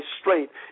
strength